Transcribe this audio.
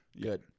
Good